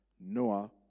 Noah